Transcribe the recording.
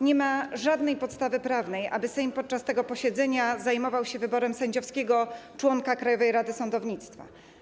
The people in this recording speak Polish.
Nie ma żadnej podstawy prawnej, aby Sejm podczas tego posiedzenia zajmował się wyborem sędziowskiego członka Krajowej Rady Sądownictwa.